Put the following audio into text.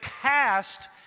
cast